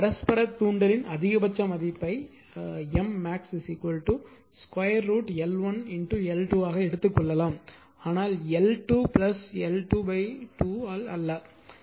எனவே பரஸ்பர தூண்டலின் அதிகபட்ச மதிப்பை M max √ L1L2 ஆக எடுத்துக் கொள்ளலாம் ஆனால் L1 L2 2 ஆல் அல்ல